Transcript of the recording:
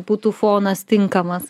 būtų fonas tinkamas